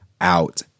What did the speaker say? out